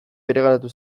bereganatu